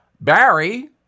Barry